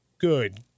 good